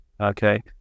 okay